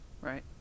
right